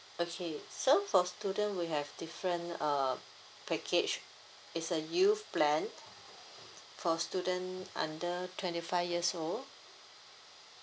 okay so for student we have different uh package it's a youth plan for student under twenty five years old